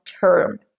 term